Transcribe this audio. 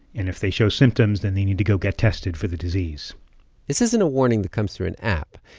and if they show symptoms, then they need to go get tested for the disease this isn't a warning that comes through an app.